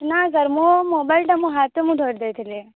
ନା ସାର୍ ମୋ ମୋବାଇଲ୍ ଟା ମୋ ହାତେ ମୁଁ ଧରିଦେଇଥିଲି